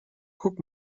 guck